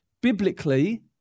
biblically